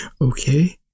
Okay